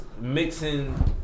mixing